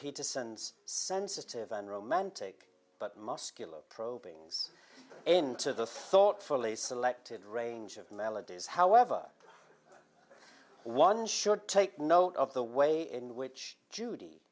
peterson's sensitive and romantic but muscular probings into the thoughtfully selected range of melodies however one should take note of the way in which judy